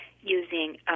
using